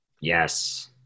Yes